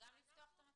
גם לפתוח את המצלמות?